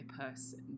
person